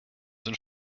sind